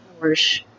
Porsche